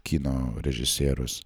kino režisierius